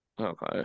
Okay